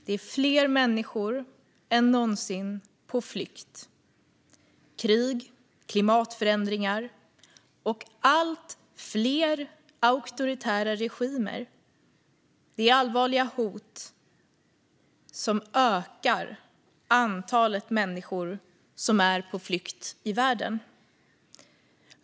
Det är fler människor än någonsin på flykt. Krig, klimatförändringar och allt fler auktoritära regimer är allvarliga hot som ökar antalet människor som är på flykt i världen.